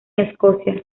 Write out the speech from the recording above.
escocia